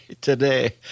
today